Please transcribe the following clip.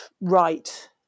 right